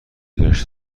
گشت